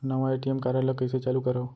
नवा ATM card ल कइसे चालू करव?